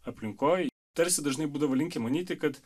aplinkoj tarsi dažnai būdavo linkę manyti kad